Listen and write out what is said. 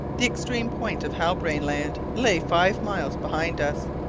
the extreme point of halbrane land lay five miles behind us,